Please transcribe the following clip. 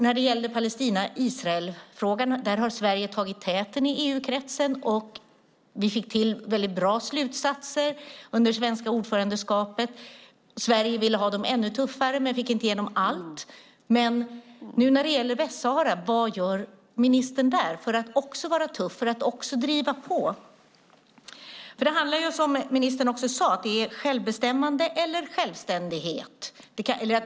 När det gällde Palestina-Israel-frågan har Sverige tagit täten i EU-kretsen, och vi fick till bra slutsatser under det svenska ordförandeskapet. Sverige ville ha dem ännu tuffare men fick inte igenom allt. Men vad gör ministern när det gäller Västsahara för att också vara tuff och driva på där? Som ministern sade är det självbestämmande eller självständighet det handlar om.